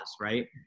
right